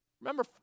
Remember